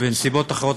בנסיבות אחרות,